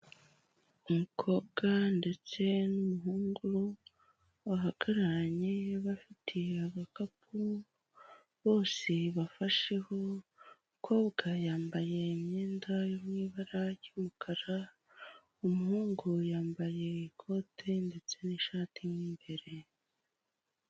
Umukobwa ndetse n'umuhungu bahagararanye bafite agakapu, bose bafasheho umukobwa yambaye imyenda yo mu ibara ry'umukara, umuhungu yambaye ikote ndetse n'ishati mo imbere.